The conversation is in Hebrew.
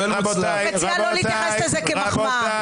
אני מציעה לא להתייחס לזה כמחמאה.